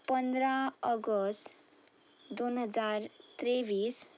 पंदरा ऑगस्ट दोन हजार तेव्वीस